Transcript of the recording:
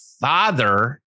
father